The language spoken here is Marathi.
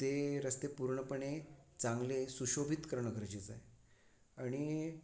ते रस्ते पूर्णपणे चांगले सुशोभित करणं गरजेचं आहे आणि